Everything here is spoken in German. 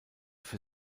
für